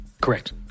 Correct